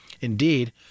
Indeed